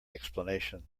explanation